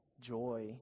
joy